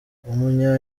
umunya